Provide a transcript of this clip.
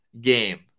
game